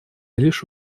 лишь